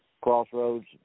crossroads